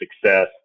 success